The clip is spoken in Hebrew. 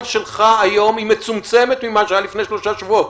היכולת שלך היום היא מצומצמת ממה שהיה לפני שלושה שבועות.